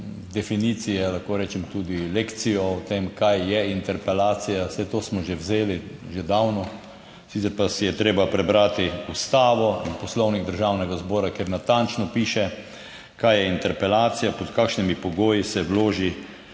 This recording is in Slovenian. definicije, lahko rečem tudi lekcijo o tem, kaj je interpelacija, saj to smo že vzeli že davno, sicer pa si je treba prebrati ustavo in poslovnik Državnega zbora, kjer natančno piše, kaj je interpelacija, pod kakšnimi pogoji se vloži